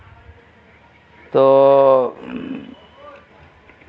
ᱛᱳ